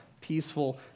peaceful